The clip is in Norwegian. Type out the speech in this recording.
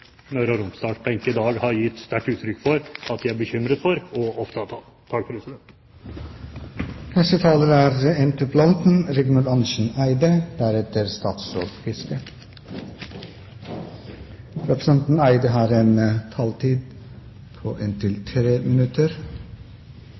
Møre og Romsdal-benk i dag har gitt sterkt uttrykk for at de er bekymret for og opptatt av. Jeg vil takke for debatten og alle gode innspill som er